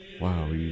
Wow